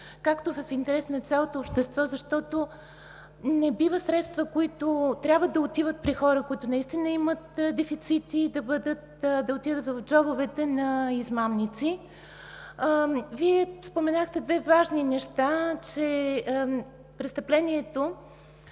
както и в интерес на цялото общество, защото не бива средства, които трябва да отиват при хора, които имат дефицити, да отиват в джобовете на измамници. Вие споменахте две важни неща, че престъплението